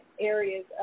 areas